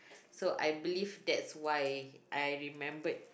so I believe that's why I remembered